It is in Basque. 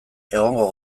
egongo